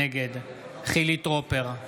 נגד חילי טרופר,